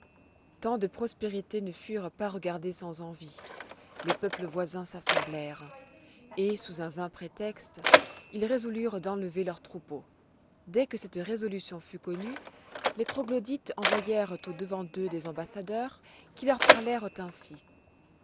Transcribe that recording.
tant de prospérités ne furent pas regardées sans envie les peuples voisins s'assemblèrent et sous un vain prétexte ils résolurent d'enlever leurs troupeaux dès que cette résolution fut connue les troglodytes envoyèrent au-devant d'eux des ambassadeurs qui leur parlèrent ainsi